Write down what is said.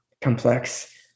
complex